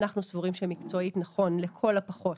אנחנו סבורים שמקצועית נכון לכל הפחות